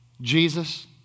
Jesus